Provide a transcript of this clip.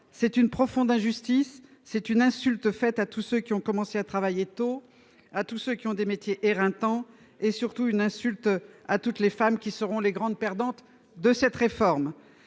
C'est une profonde injustice et c'est une insulte faite à tous ceux qui ont commencé à travailler tôt, à tous ceux qui ont des métiers éreintants et, surtout, c'est une insulte à toutes les femmes, qui seront les grandes perdantes de cette réforme.